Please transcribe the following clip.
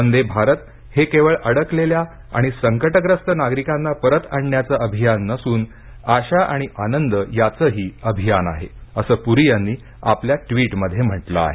वंदे भारत हे केवळ अडकलेल्या आणि संकट्रस्त नागरिकांना परत आणण्याचे अभियान नसून आशा आणि आनंद यांचही अभियान आहे असं पुरी यांनी आपल्या ट्विटमध्ये म्हटलं आहे